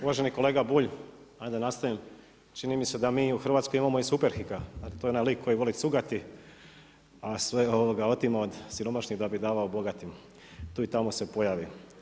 Uvaženi kolega Bulj, aj da nastavim, čini mi se da mi u Hrvatskoj imamo i Superhika, a to je onaj lik koji voli cugati, a sve otima od siromašnih da bi davao bogatima, tu i tamo se pojavi.